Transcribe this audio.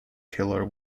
killer